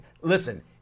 listen